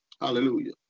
Hallelujah